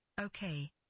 Okay